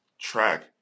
track